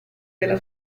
della